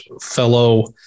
fellow